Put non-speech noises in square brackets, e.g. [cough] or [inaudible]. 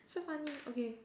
so funny okay [laughs]